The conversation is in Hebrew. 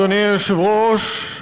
אדוני היושב-ראש.